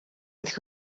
ирэх